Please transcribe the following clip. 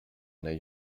œil